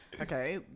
Okay